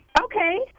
Okay